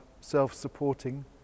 self-supporting